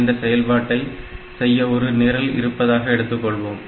என்ற செயல்பாட்டை செய்ய ஒரு நிரல் இருப்பதாக எடுத்துக்கொள்வோம்